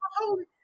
holy